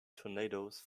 tornadoes